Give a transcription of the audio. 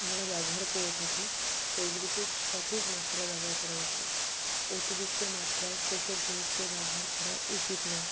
আমরা ব্যবহার করে থাকি সেগুলিকে সঠিক মাত্রায় ব্যবহার করা উচিত অতিরিক্ত মাত্রায় সেসব জিনিসকে ব্যবহার উচিত নয়